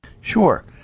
Sure